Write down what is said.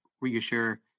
reassure